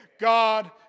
God